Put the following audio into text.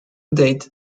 date